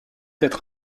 être